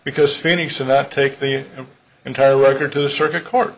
because phoenix and not take the entire record to the circuit court